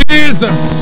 Jesus